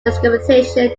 precipitation